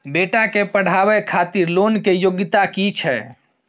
बेटा के पढाबै खातिर लोन के योग्यता कि छै